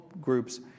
groups